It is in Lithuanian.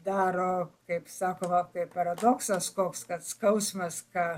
daro kaip sakoma kaip paradoksas koks kad skausmas ką